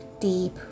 deep